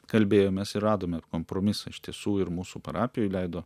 kalbėjomės ir radome kompromisą iš tiesų ir mūsų parapijoj leido